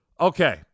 Okay